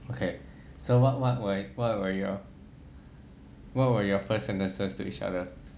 okay so what what what were your what were your first sentences to each other